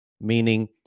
meaning